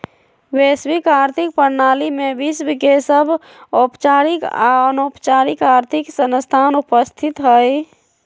वैश्विक आर्थिक प्रणाली में विश्व के सभ औपचारिक आऽ अनौपचारिक आर्थिक संस्थान उपस्थित हइ